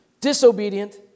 disobedient